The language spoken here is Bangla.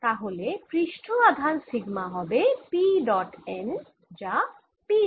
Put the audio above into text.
তাহলে পৃষ্ঠ আধান সিগমা হবে P ডট n যা P z ডট r